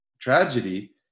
tragedy